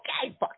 Okay